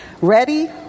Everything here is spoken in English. Ready